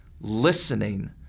listening